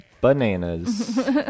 Bananas